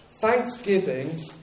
Thanksgiving